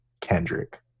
Kendrick